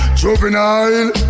juvenile